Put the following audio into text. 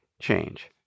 change